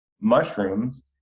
mushrooms